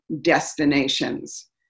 destinations